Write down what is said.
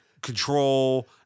control